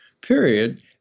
period